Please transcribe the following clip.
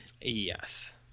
Yes